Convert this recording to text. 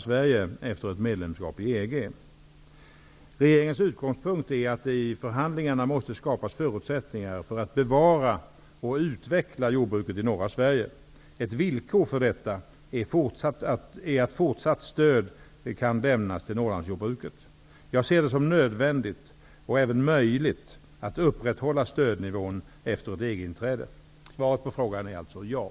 Sveriges jordbrukspolitik skiljer sig på många sätt från EG:s. Det gäller inte minst Norrlandsstödet. Ser ministern det som politiskt möjligt att bibehålla nivån på stödet till jordbruket i norra Sverige?